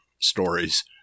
stories